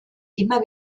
immer